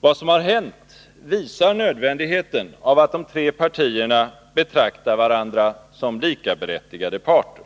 Det som har hänt visar nödvändigheten av att de tre partierna betraktar varandra som likaberättigade parter.